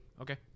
Okay